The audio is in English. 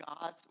god's